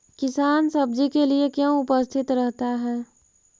किसान सब्जी के लिए क्यों उपस्थित रहता है?